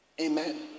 Amen